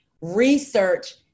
research